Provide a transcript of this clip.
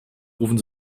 rufen